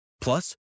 Plus